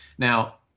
Now